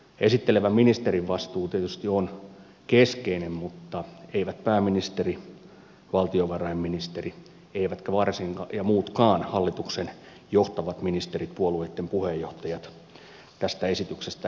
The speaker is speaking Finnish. esittelevän ministerin vastuu tietysti on keskeinen mutta eivät pääministeri valtiovarainministeri eivätkä muutkaan hallituksen johtavat ministerit puolueitten puheenjohtajat tästä esityksestä eroon pääse